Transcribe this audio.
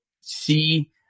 see